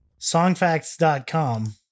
songfacts.com